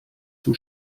zum